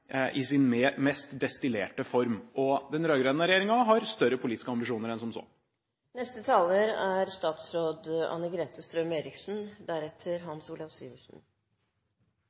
i sin mest destillerte form. Den rød-grønne regjeringen har større politiske ambisjoner enn som så.